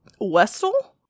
Westall